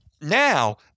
now